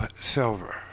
Silver